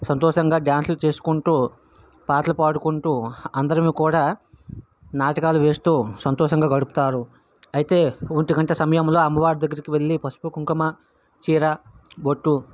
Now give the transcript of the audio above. సంతోషంగా డాన్స్లు చేసుకుంటూ పాటలు పాడుకుంటు అందరం కూడా నాటకాలు వేస్తు సంతోషంగా గడుపుతారు అయితే ఒంటిగంట సమయంలో అమ్మవారి దగ్గరికి వెళ్ళి పసుపు కుంకుమ చీర బొట్టు